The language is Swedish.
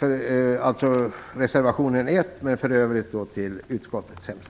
bifall till reservation 1.